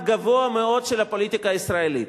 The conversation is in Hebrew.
גבוה מאוד של הפוליטיקה הישראלית.